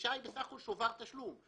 דרישה היא בסך הכול שובר תשלום,